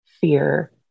fear